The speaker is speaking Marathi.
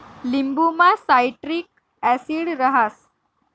लिंबुमा सायट्रिक ॲसिड रहास